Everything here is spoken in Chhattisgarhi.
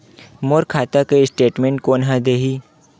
मोर खाता के स्टेटमेंट कोन ह देही?